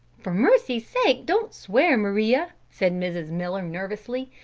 for mercy's sake, don't swear, maria, said mrs. miller nervously.